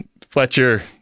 Fletcher